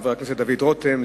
חבר הכנסת דוד רותם,